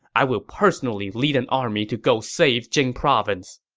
i will personally lead an army to go save jing province.